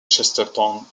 chesterton